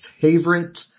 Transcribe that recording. favorite